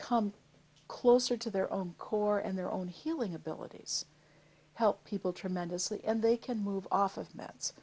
come closer to their own core and their own healing abilities help people tremendously and they can move off